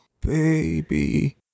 Baby